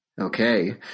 Okay